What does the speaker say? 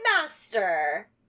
master